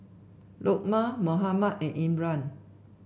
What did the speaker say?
Lukman Muhammad and Imran